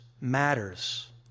matters